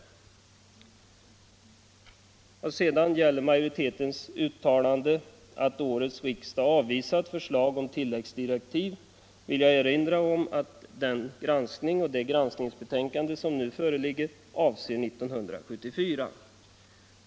I fråga om majoritetens uttalande att årets riksdag avvisat förslag om tilläggsdirektiv vill jag erinra om att det granskningsbetänkande som nu föreligger avser 1974.